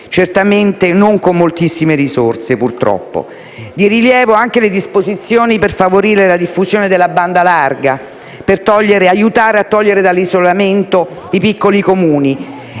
Purtroppo, non con moltissime risorse. Di rilievo anche le disposizioni per favorire la diffusione della banda larga per aiutare a togliere dall'isolamento i piccoli Comuni,